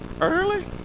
early